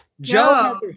joe